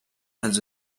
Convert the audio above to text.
has